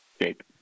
shape